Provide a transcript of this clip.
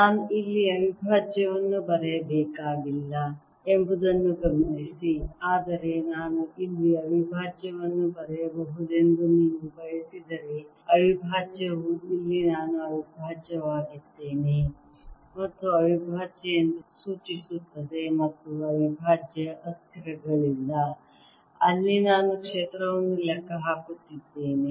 ನಾನು ಇಲ್ಲಿ ಅವಿಭಾಜ್ಯವನ್ನು ಬರೆಯಬೇಕಾಗಿಲ್ಲ ಎಂಬುದನ್ನು ಗಮನಿಸಿ ಆದರೆ ನಾನು ಇಲ್ಲಿ ಅವಿಭಾಜ್ಯವನ್ನು ಬರೆಯಬಹುದೆಂದು ನೀವು ಬಯಸಿದರೆ ಅವಿಭಾಜ್ಯವು ಇಲ್ಲಿ ನಾನು ಅವಿಭಾಜ್ಯವಾಗಿದ್ದೇನೆ ಮತ್ತು ಅವಿಭಾಜ್ಯ ಎಂದು ಸೂಚಿಸುತ್ತದೆ ಮತ್ತು ಅವಿಭಾಜ್ಯ ಅಸ್ಥಿರಗಳಿಲ್ಲ ಅಲ್ಲಿ ನಾನು ಕ್ಷೇತ್ರವನ್ನು ಲೆಕ್ಕ ಹಾಕುತ್ತಿದ್ದೇನೆ